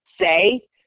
say